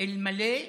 אלמלא שלושה,